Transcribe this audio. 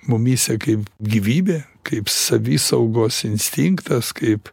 mumyse kaip gyvybė kaip savisaugos instinktas kaip